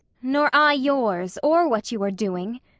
nor i yours, or what you are doing.